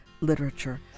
Literature